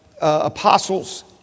apostles